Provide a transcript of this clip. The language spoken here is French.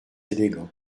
élégant